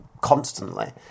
constantly